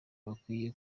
bakwiye